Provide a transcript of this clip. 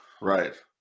Right